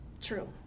true